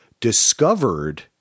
discovered –